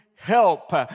help